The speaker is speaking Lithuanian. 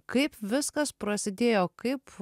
kaip viskas prasidėjo kaip